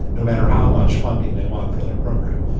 no matter how much funding they want for their program,